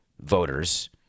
voters